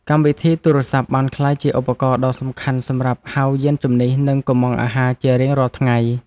កម្មវិធីទូរសព្ទបានក្លាយជាឧបករណ៍ដ៏សំខាន់សម្រាប់ហៅយានជំនិះ និងកុម្ម៉ង់អាហារជារៀងរាល់ថ្ងៃ។